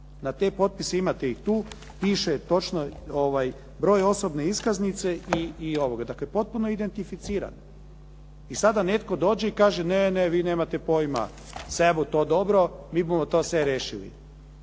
Na te potpise imate i tu, piše točno broj osobne iskaznice i ovoga, dakle potpuno identificiran. I sad da netko dođe i kaže ne vi nemate pojma, se bu to dobro, mi bumo to se rešili.